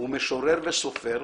הוא משורר וסופר,